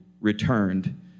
returned